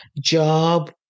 job